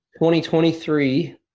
2023